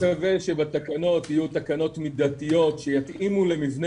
אני מאוד מקווה שהתקנות יהיו תקנות מידתיות שיתאימו למבני